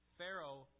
Pharaoh